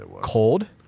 cold